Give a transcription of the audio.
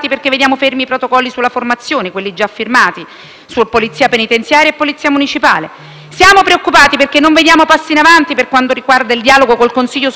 la polizia penitenziaria e la polizia municipale. Siamo preoccupati perché non vediamo passi in avanti per quanto riguarda il dialogo con il Consiglio superiore della magistratura. Su questo punto il senatore Alfieri è già stato chiaro.